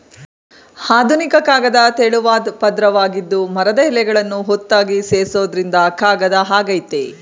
ಆಧುನಿಕ ಕಾಗದ ತೆಳುವಾದ್ ಪದ್ರವಾಗಿದ್ದು ಮರದ ಎಳೆಗಳನ್ನು ಒತ್ತಾಗಿ ಸೇರ್ಸೋದ್ರಿಂದ ಕಾಗದ ಆಗಯ್ತೆ